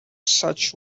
such